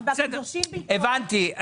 הבנתי.